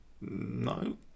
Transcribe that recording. No